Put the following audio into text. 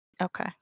Okay